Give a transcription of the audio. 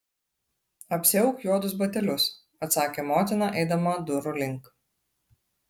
apsiauk juodus batelius atsakė motina eidama durų link